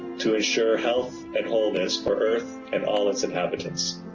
to ensure health and wholeness for earth and all its inhabitants.